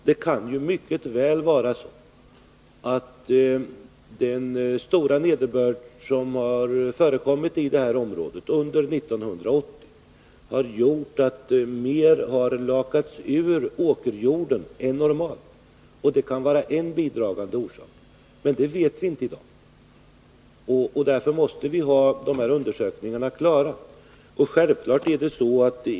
Det kan mycket väl vara så att den stora nederbörd som förekommit i det här området under 1980 har gjort att åkerjorden lakats ur mer än normalt. Det kan vara en bidragande orsak. Men det vet vi inte i dag, och därför måste vi göra dessa undersökningar klara.